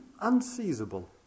unseizable